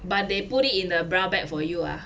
but they put it in a brown bag for you ah